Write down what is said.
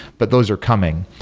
but those are coming.